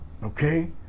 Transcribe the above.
okay